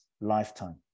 lifetime